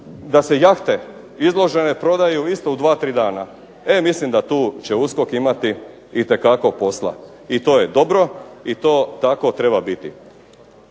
da se jahte izložene prodaju isto u dva, tri dana. E mislim da tu će USKOK imati itekako posla. I to je dobro i to tako treba biti.